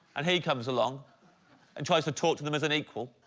and he comes along and tries to talk to them as an equal